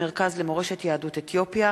הודעה למזכירת הכנסת, בבקשה,